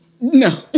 No